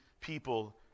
people